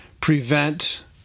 prevent